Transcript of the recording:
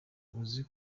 uzi